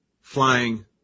flying